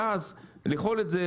ואז לאכול את זה,